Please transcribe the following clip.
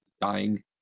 dying